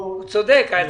צודק.